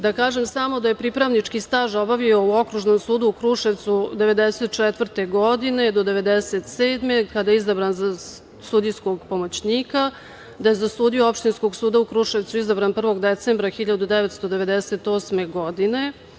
Da kažem samo da je pripravnički staž obavio u Okružnom sudu u Kruševcu 1994. godine do 1997. godine kada je izabran za sudijskog pomoćnika, da je za sudiju Opštinskog suda u Kruševcu izabran 1. decembra 1998. godine.